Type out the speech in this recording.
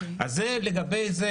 לגבי זה,